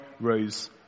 rose